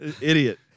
Idiot